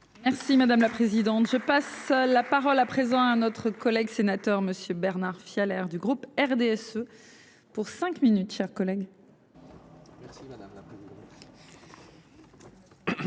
Merci madame la présidente, je passe la parole à présent à un autre collègue sénateur Monsieur Bernard Phia l'air du groupe RDSE pour cinq minutes chers.